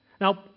Now